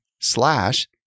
slash